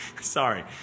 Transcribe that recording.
Sorry